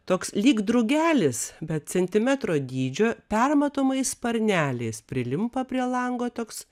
toks lyg drugelis bet centimetro dydžio permatomais sparneliais prilimpa prie lango toks